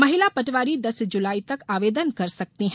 महिला पटवारी दस जुलाई तक आवेदन कर सकती हैं